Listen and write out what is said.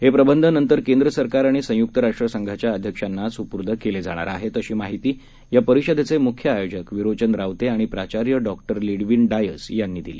हेप्रबंधनंतरकेंद्रसरकारआणिसंयुक्तराष्ट्रसंघाच्याअध्यक्षांनासुपुर्दकेलेजाणारआहेत अशीमाहितीयापरिषदेचेमुख्यआयोजकविरोचनरावतेआणिप्राचार्यडॉक्टरलिडवीनडायसयांनीदिली